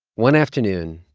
one afternoon,